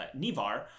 Nivar